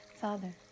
Father